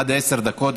עד עשר דקות,